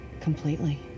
Completely